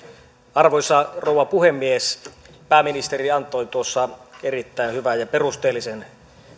arvoisa rouva puhemies pääministeri antoi erittäin hyvän ja perusteellisen